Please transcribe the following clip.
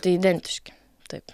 tai identiški taip